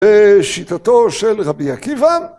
ושיטתו של רבי עקיבא.